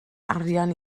arian